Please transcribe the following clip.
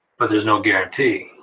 but there's no guarantee.